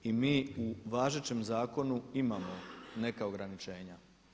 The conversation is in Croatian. I mi u važećem zakonu imamo neka ograničenja.